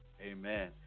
Amen